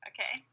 Okay